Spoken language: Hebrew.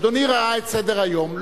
אדוני ראה את סדר-היום,